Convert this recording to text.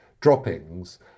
droppings